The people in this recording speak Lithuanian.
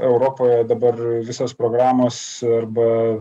europoje dabar visos programos arba